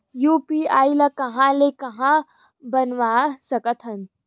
UPI ल कहां ले कहां ले बनवा सकत हन?